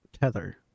tether